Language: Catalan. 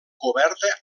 coberta